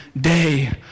day